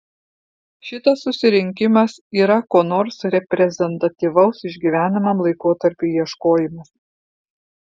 šitas susirinkimas yra ko nors reprezentatyvaus išgyvenamam laikotarpiui ieškojimas